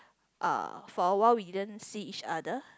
uh for a while we didn't see each other